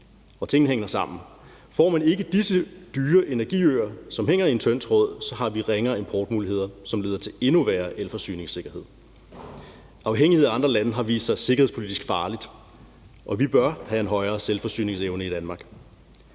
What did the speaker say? og tingene hænger sammen. Får man ikke disse dyre energiøer, som hænger i en tynd tråd, så har vi ringere importmuligheder, hvilket leder til endnu værre elforsyningssikkkerhed. Afhængighed af andre lande har vist at være sikkerhedspolitisk farligt, og vi bør have en højere selvforsyningsevne i Danmark